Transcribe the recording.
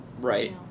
Right